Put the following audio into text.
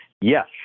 Yes